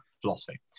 philosophy